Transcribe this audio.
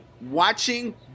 Watching